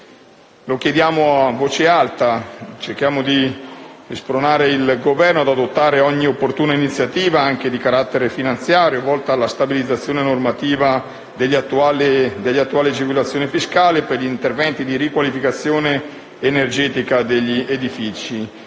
chiediamo a voce alta e cerchiamo di spronare il Governo ad adottare ogni opportuna iniziativa, anche di carattere finanziario, volta alla stabilizzazione normativa delle attuali agevolazioni fiscali per gli interventi di riqualificazione energetica degli edifici;